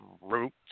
root